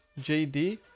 JD